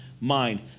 mind